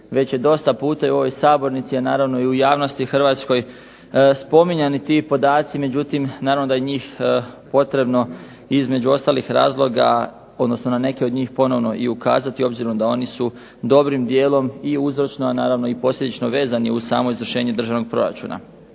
već je dosta puta i u ovoj sabornici a naravno i u javnosti hrvatskoj spominjani ti podaci, međutim naravno da je njih potrebno između ostalih razloga, odnosno na neke od njih ponovno i ukazati, obzirom da oni su dobrim dijelom i uzročno, a naravno i posljedično vezani uz samo izvršenje državnog proračuna.